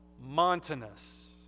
Montanus